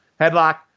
headlock